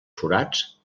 forats